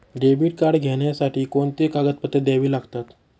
Debit card घेण्यासाठी कोणती कागदपत्रे द्यावी लागतात?